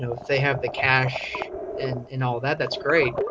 know, they have the cash and and all that. that's great.